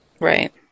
Right